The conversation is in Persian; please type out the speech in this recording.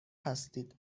هستید